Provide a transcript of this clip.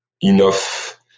enough